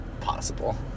possible